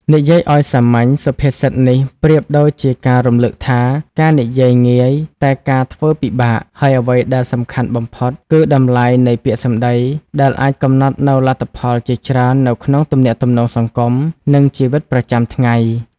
និយាយឱ្យសាមញ្ញ សុភាសិតនេះប្រៀបដូចជាការរំលឹកថា "ការនិយាយងាយ តែការធ្វើពិបាក" ហើយអ្វីដែលសំខាន់បំផុតគឺ តម្លៃនៃពាក្យសម្ដី ដែលអាចកំណត់នូវលទ្ធផលជាច្រើននៅក្នុងទំនាក់ទំនងសង្គម និងជីវិតប្រចាំថ្ងៃ។